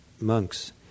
monks